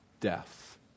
death